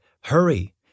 Hurry